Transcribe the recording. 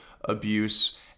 abuse